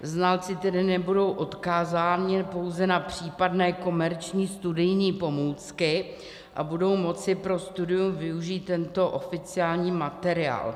Znalci tedy nebudou odkázáni pouze na případné komerční studijní pomůcky a budou moci pro studium využít tento oficiální materiál.